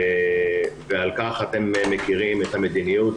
ועל-כך אתם מכירים את המדיניות.